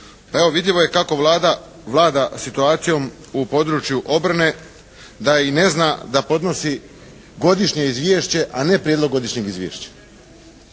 Evo, vidljivo je kako Vlada vlada situacijom u području obrane, da i ne zna da podnosi godišnje izvješće a ne prijedlog godišnjeg izvješća.